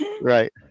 Right